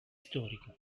storico